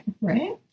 right